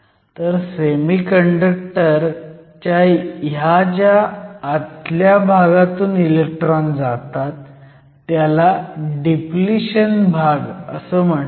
तर सेमीकंडक्टर च्या ह्या ज्या आतल्या भागातून इलेक्ट्रॉन जातात त्याला डिप्लिशन भाग म्हणतात